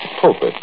pulpit